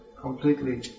completely